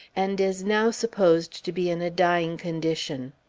and is now supposed to be in a dying condition.